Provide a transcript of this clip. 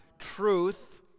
truth